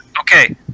okay